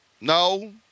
No